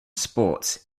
sports